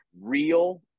real